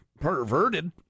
Perverted